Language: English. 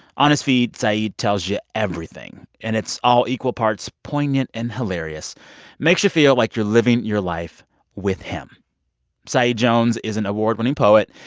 on his feed, saeed tells you everything. and it's all equal parts poignant and hilarious makes you feel like you're living your life with him saeed jones is an award-winning poet.